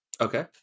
Okay